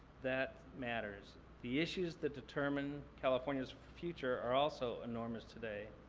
that matters. the issues that determine california's future are also enormous today.